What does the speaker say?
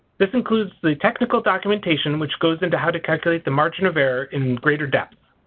this includes the technical documentation which goes into how to calculate the margin of error in greater depth.